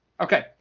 Okay